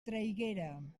traiguera